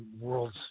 world's